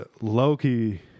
Loki